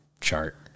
chart